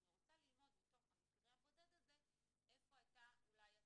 אלא כי אני רוצה ללמוד מתוך המקרה הבודד הזה איפה אולי היתה הטעות,